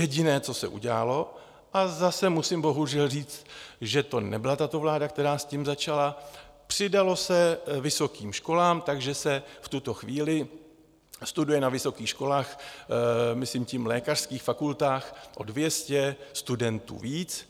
Jediné, co se udělalo, a zase musím bohužel říct, že to nebyla tato vláda, která s tím začala, přidalo se vysokým školám, takže v tuto chvíli studuje na vysokých školách, myslím tím lékařských fakultách, o 200 studentů víc.